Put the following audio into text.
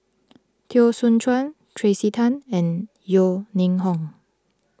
Teo Soon Chuan Tracey Tan and Yeo Ning Hong